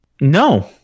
No